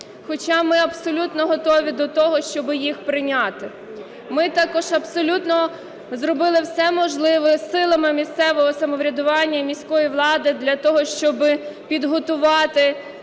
хоча ми абсолютно готові до того, щоб їх прийняти. Ми також абсолютно зробили все можливе силами місцевого самоврядування і міської влади для того, щоб підготувати